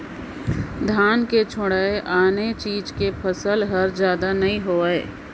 धान के छोयड़ आने चीज के फसल हर जादा नइ होवय